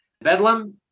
Bedlam